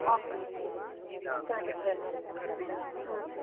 సరే సరే